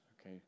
okay